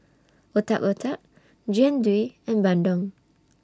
Otak Otak Jian Dui and Bandung